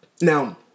Now